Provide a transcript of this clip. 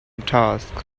task